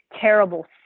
terrible